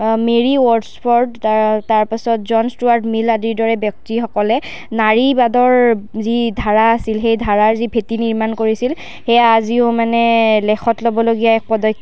Marie Wordsworth তাৰ পাছত John Stuart মিলাৰ আদিৰ দৰে ব্যক্তিসকলে নাৰীবাদৰ যি ধাৰা আছিল সেই ধাৰাৰ ভেটী নিৰ্মাণ কৰিছিল সেইয়া আজিও মানে লেখত ল'বলগীয়া এক পদক্ষেপ